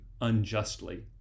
unjustly